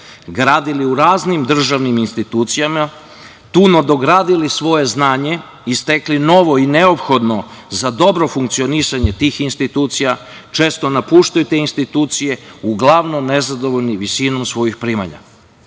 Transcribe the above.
gradili u raznim državnim institucijama, tu nadogradili svoje znanje i stekli novo i neophodno za dobro funkcionisanje tih institucija, često napuštaju te institucije, uglavnom nezadovoljni visinom svojih primanja. Kadar